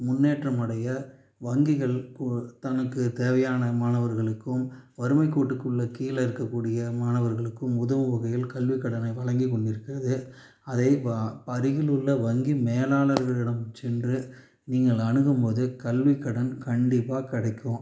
முன்னேற்றம் அடைய வங்கிகள் குழு தனக்கு தேவையான மாணவர்களுக்கும் வறுமை கோட்டுக்குள்ளே கீழே இருக்கக்கூடிய மாணவர்களுக்கும் உதவும் வகையில் கல்விக்கடனை வழங்கிக் கொண்டிருக்கிறது அதை அருகில் உள்ள வங்கி மேலாளர்களிடம் சென்று நீங்கள் அணுகும் போது கல்விக்கடன் கண்டிப்பாக கிடைக்கும்